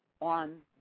on